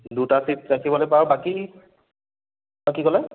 দুটা চিট ৰাখিব লাগিব আৰু বাকী অঁ কি ক'লে